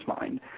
mind